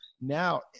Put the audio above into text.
now